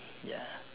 ya